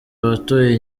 abatuye